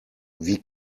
wie